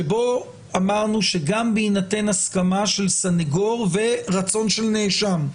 שבו אמרנו שגם בהינתן הסכמה של סנגור ורצון של נאשם,